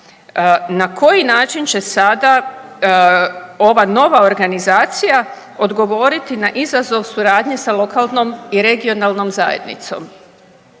na koji način će sada ova nova organizacija odgovoriti na izazov suradnje sa lokalnom i regionalnom zajednicom